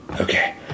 Okay